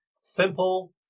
simple